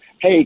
hey